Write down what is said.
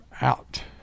Out